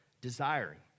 desiring